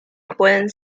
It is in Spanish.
pueden